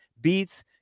beats